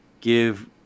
give